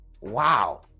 wow